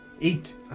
eat